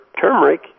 turmeric